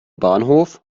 bahnhof